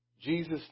Jesus